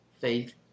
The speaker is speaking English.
Faith